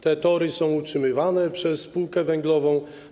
Te tory są utrzymywane przez spółkę węglową.